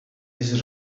ist